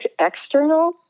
external